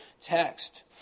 text